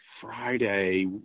Friday